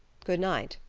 good night.